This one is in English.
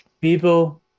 people